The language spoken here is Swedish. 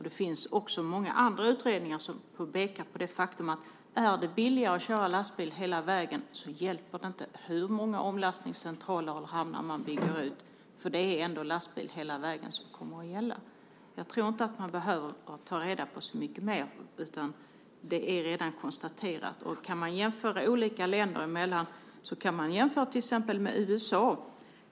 Det finns också många andra utredningar som pekar på det faktum att om det är billigare att köra lastbil hela vägen hjälper det inte hur många omlastningscentraler och hamnar man bygger ut - det är ändå lastbil hela vägen som kommer att gälla. Man behöver inte ta reda på så mycket mer här, utan detta är redan konstaterat. Kan man jämföra med andra länder kan man exempelvis jämföra med USA.